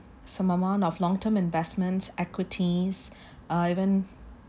some amount of long term investments equities uh even